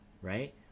Right